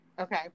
Okay